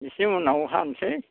एसे उनाव हानोसै